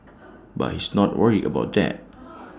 but he's not worried about that